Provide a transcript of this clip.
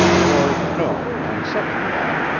or no, on second thought,